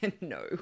no